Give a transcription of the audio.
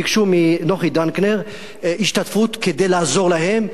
ביקשו מנוחי דנקנר השתתפות כדי לעזור להם.